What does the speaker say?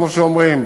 כמו שאומרים,